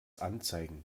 anzeigen